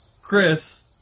Chris